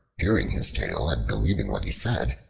hearing his tale and believing what he said,